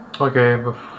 Okay